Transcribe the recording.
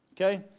Okay